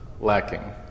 lacking